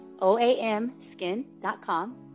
oamskin.com